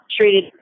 treated